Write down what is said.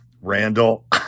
Randall